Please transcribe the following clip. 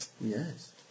Yes